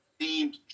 themed